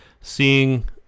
seeing